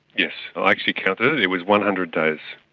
yes. i actually counted it, it was one hundred days.